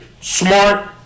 smart